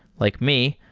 like me,